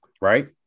right